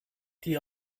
die